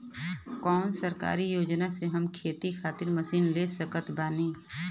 कौन सरकारी योजना से हम खेती खातिर मशीन ले सकत बानी?